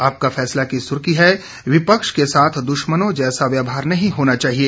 आपका फैसला की सुर्खी है विपक्ष के साथ दुश्मनों जैसा व्यवहार नहीं होना चाहिए